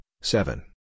seven